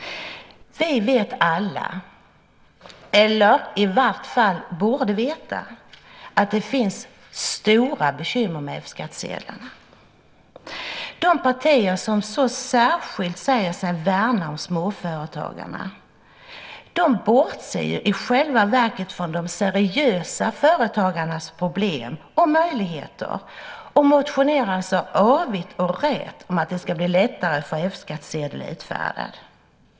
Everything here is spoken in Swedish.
Vi vet alla - i varje fall borde vi veta - att det finns stora bekymmer med F-skattsedeln. De partier som säger sig värna särskilt om småföretagarna bortser i själva verket från de seriösa företagarnas problem och möjligheter och motionerar "avigt och rät" om att det ska bli lättare att få F-skattsedel utfärdad.